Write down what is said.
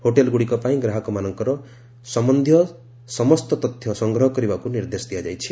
ହୋଟେଲ୍ଗୁଡ଼ିକ ପାଇଁ ଗ୍ରାହକମାନଙ୍କର ସମ୍ବନ୍ଧୀୟ ସମସ୍ତ ତଥ୍ୟ ସଂଗ୍ରହ କରିବାକୁ ନିର୍ଦ୍ଦେଶ ଦିଆଯାଇଛି